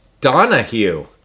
Donahue